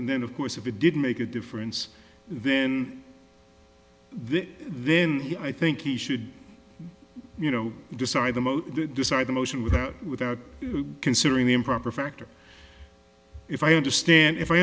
then of course if he did make a difference then this then he i think he should you know decide the most decide the motion without without considering the improper factor if i understand if i